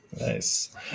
Nice